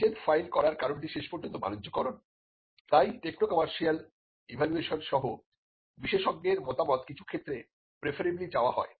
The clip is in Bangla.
পেটেন্ট ফাইল করার কারণটি শেষ পর্যন্ত বাণিজ্যকরণ তাই টেকনো কমার্শিয়াল ইভালুয়েশন সহ বিশেষজ্ঞের মতামত কিছু ক্ষেত্রে প্রেফারেবলি চাওয়া হয়